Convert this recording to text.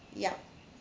yup